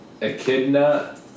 echidna